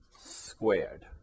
squared